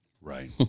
Right